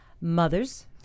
Mothers